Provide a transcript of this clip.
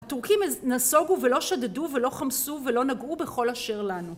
הטורקים נסוגו ולא שדדו ולא חמסו ולא נגעו בכל אשר לנו